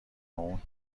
اون